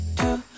two